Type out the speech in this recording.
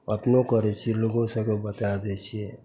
अपनहु करै छी लोको सभकेँ बतै दै छिए